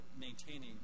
maintaining